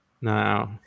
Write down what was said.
No